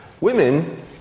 Women